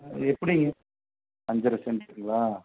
அது எப்படிங்க அஞ்சு லட்சம் வந்துச்சுங்களா